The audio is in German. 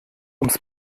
ums